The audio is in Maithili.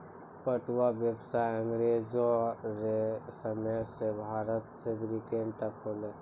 पटुआ व्यसाय अँग्रेजो रो समय से भारत से ब्रिटेन तक होलै